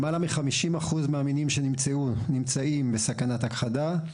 למעלה מחמישים אחוז מהמינים שנמצאו נמצאים בסכנת הכחדה.